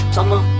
Summer